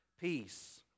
peace